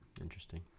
interesting